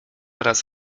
oraz